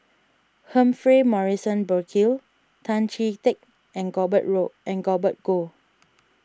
Humphrey Morrison Burkill Tan Chee Teck and Gobert Road and Gobert Goh